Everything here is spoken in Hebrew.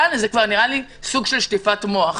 כאן זה כבר נראה לי סוג של שטיפת מוח.